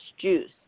juice